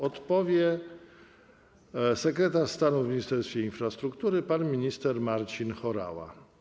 Odpowie sekretarz stanu w Ministerstwie Infrastruktury pan minister Marcin Horała.